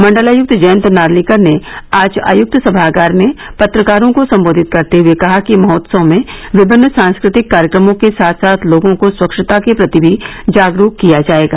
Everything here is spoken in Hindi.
मंडलायुक्त जयंत नार्लिकर ने आज आयक्त सभागार में पत्रकारों को संबोधित करते हुए कहा कि महोत्सव में विभिन्न सांस्कृतिक कार्यक्रमों के साथ साथ लोगों को स्वच्छता के प्रति भी जागरूक किया जाएगा